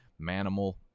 manimal